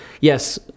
yes